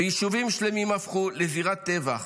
ויישובים שלמים הפכו לזירת טבח.